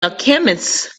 alchemists